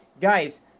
guys